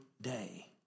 day